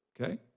okay